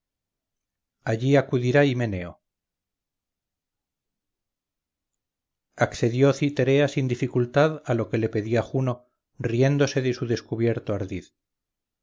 allí acudirá himeneo accedió citerea sin dificultad a lo que le pedía juno riéndose de su descubierto ardid